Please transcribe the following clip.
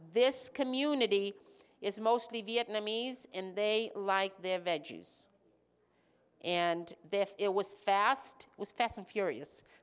this community is mostly vietnamese and they like their veggies and there it was fast it was fast and furious